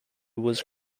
was